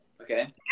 okay